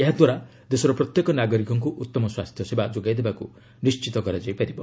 ଏହାଦ୍ୱାରା ଦେଶର ପ୍ରତ୍ୟେକ ନାଗରିକଙ୍କୁ ଉତ୍ତମ ସ୍ୱାସ୍ଥ୍ୟସେବା ଯୋଗାଇଦେବାକୁ ନିଣ୍ଚିତ କରାଯାଇପାରିବ